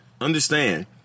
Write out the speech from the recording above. understand